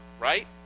right